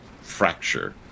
fracture